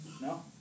No